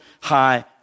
high